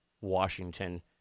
Washington